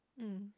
mm